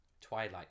Twilight